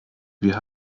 wir